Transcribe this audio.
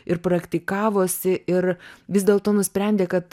ir praktikavosi ir vis dėlto nusprendė kad